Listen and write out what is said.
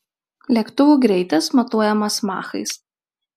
lėktuvų greitis matuojamas machais